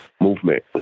movement